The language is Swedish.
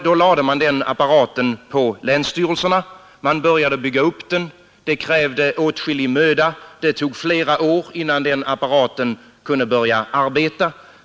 Då lade man den apparaten på länsstyrelserna. Man började bygga upp den. Det krävde åtskillig möda. Det tog flera år, innan den kunde börja arbeta.